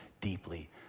deeply